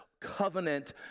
covenant